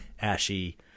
ashy